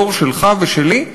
הדור שלך ושלי,